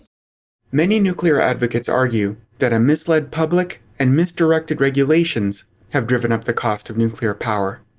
many nuclear advocates argue that a mislead public and misdirected regulations have driven up the cost of nuclear power.